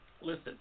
Listen